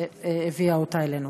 שהביאה אותה אלינו.